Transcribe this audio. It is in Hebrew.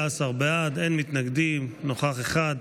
15 בעד, אין מתנגדים, נוכח אחד.